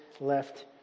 left